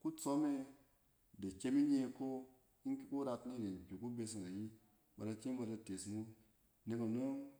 kutsom e da kyem inye iko in ki ku rat niren ki kubeseng ayi ba de kyem ba da tees mo nek anɔng.